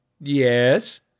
yes